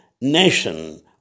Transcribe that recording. nation